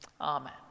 Amen